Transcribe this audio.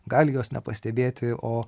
gali jos nepastebėti o